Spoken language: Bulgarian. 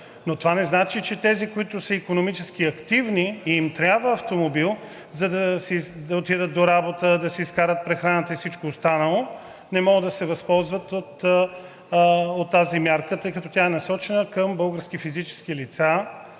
но това не значи, че тези, които са икономически активни и им трябва автомобил, за да отидат до работа, да си изкарат прехраната и всичко останало, не могат да се възползват от тази мярка, тъй като тя е насочена към български физически лица,